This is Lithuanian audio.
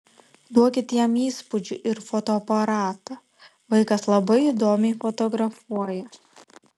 duokit jam įspūdžių ir fotoaparatą vaikas labai įdomiai fotografuoja